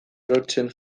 erortzen